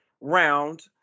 round